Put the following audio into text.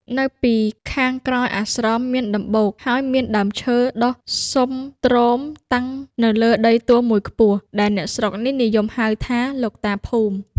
នៅពីខាងក្រោយអាស្រមមានដំបូក ហើយមានដើមឈើដុះស៊ុមទ្រម តាំងនៅលើដីទួលមួយខ្ពស់ ដែលអ្នកស្រុកនេះនិយមហៅថា "លោកតាភូមិ" ។